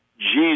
Jesus